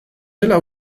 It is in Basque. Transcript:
dela